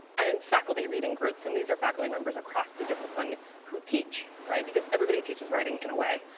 and in faculty reading groups, and these are faculty members across the discipline who teach, right? because everybody teaches writing in a way,